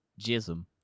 Jism